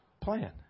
plan